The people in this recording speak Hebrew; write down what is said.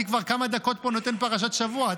אני כבר כמה דקות פה נותן פרשת שבוע,